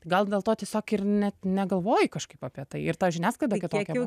gal dėl to tiesiog ir net negalvoji kažkaip apie tai ir tas žiniasklaida kitokia